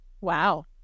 Wow